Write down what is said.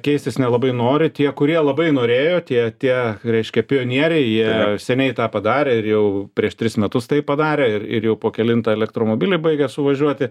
keistis nelabai nori tie kurie labai norėjo tie tie reiškia pionieriai jie seniai tą padarė ir jau prieš tris metus tai padarė ir ir jau po kelintą elektromobilį baigia suvažiuoti